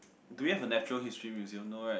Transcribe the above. do we have a natural history museum no right